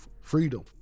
freedom